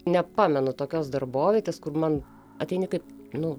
nepamenu tokios darbovietės kur man ateini kaip nu